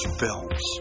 films